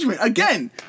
Again